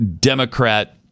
Democrat